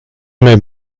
may